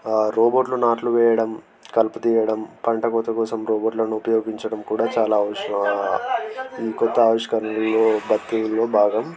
రోబోట్లు నాట్లు వేయడం కలుపు తీయడం పంట కోత కోసం రోబోట్లను ఉపయోగించడం కూడా చాలా అవసరం ఇవి కొత్త ఆవిష్కరణలో లో భాగం